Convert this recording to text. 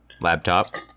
laptop